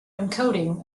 encoding